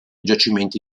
giacimenti